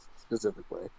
specifically